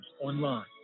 online